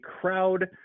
crowd